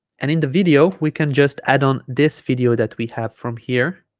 and in the video we can just add on this video that we have from here